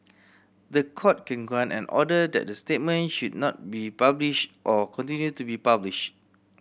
the Court can grant an order that the statement should not be published or continue to be published